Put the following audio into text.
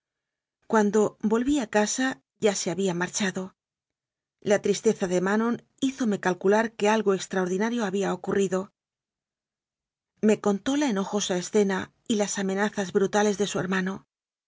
guiando volví a casa ya se había marchado la tristeza de manon hízome calcular que algo extra ordinario había ocurrido me contó la enojosa es cena y las amenazas brutales de su hermano